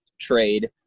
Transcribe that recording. trade